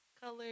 color